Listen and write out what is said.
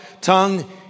tongue